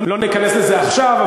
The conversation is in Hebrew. לא ניכנס לזה עכשיו,